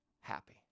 happy